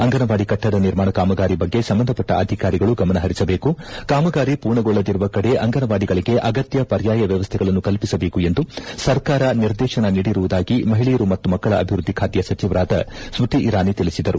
ಅಂಗನವಾಡಿ ಕಟ್ಟಡ ನಿರ್ಮಾಣ ಕಾಮಗಾರಿ ಬಗ್ಗೆ ಸಂಬಂಧಪಟ್ಟ ಅಧಿಕಾರಿಗಳು ಗಮನಹರಿಸಬೇಕು ಕಾಮಗಾರಿ ಪೂರ್ಣಗೊಳ್ಳದಿರುವ ಕಡೆ ಅಂಗನವಾಡಿಗಳಿಗೆ ಅಗತ್ಯ ಪರ್ಯಾಯ ವ್ಯವಸ್ಥೆಗಳನ್ನು ಕಲ್ಪಿಸಬೇಕು ಎಂದು ಸರ್ಕಾರ ನಿರ್ದೇತನ ನೀಡಿರುವುದಾಗಿ ಮಹಿಳೆಯರು ಮತ್ತು ಮಕ್ಕಳ ಅಭಿವೃದ್ದಿ ಖಾತೆಯ ಸಚಿವರಾದ ಸ್ಕೃತಿ ಇರಾನಿ ತಿಳಿಸಿದರು